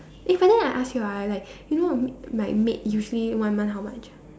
eh but then I ask you ah like you know a m~ my maid usually one month how much ah